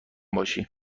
باشی